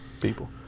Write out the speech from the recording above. people